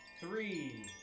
three